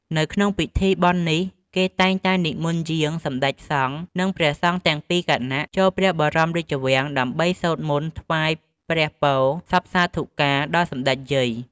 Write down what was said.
នៅក្នុងពិធីបុណ្យនេះគេតែងតែនិមន្តយាងសម្តេចសង្ឃ និងព្រះសង្ឃទាំងពីរគណៈចូលព្រះបរមរាជវាំងដើម្បីសូត្រមន្តថ្វាយព្រះពរសព្វសាធុការដល់សម្តេចយាយ។